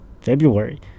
february